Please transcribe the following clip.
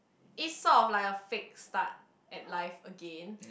is sort of like a fix start at life again